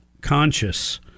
conscious